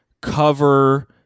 cover